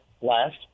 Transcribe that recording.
last